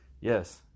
Yes